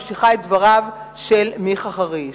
אני ממשיכה את דבריו של מיכה חריש,